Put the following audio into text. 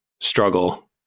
struggle